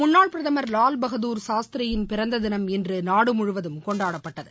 முன்னாள் பிரதம் லால் பகதூர் சாஸ்திரியின் பிறந்த தினம் இன்று நாடு முழுவதும் கொண்டாடப்பட்டது